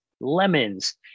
lemons